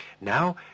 Now